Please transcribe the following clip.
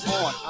on